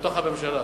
בתוך הממשלה,